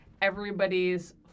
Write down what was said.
Everybody's